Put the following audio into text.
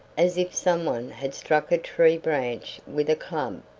as if some one had struck a tree branch with a club.